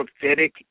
prophetic